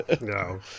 No